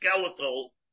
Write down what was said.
skeletal